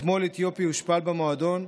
אתמול אתיופי הושפל במועדון,